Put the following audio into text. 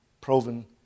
proven